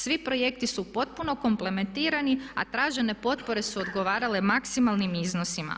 Svi projekti su potpuno komplementirani, a tražene potpore su odgovarale maksimalnim iznosima.